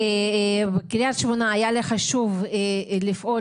בקריית שמונה היה לי חשוב לפעול